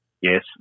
Yes